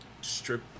Strip